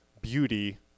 beauty